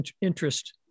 interest